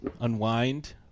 unwind